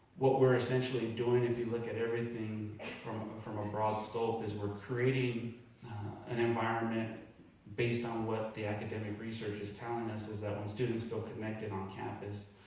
what we're essentially doing if you look at everything from a um broad scope, is we're creating an environment based on what the academic research is telling us is that when students feel connected on campus,